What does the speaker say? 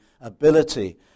ability